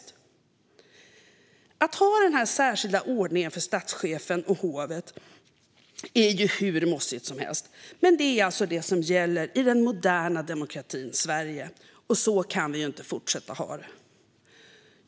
Det är ju hur mossigt som helst att ha den här särskilda ordningen för statschefen och hovet, men det är alltså det som gäller i den moderna demokratin Sverige. Så kan vi inte fortsätta att ha det.